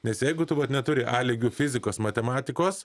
nes jeigu tu vat neturi a lygiu fizikos matematikos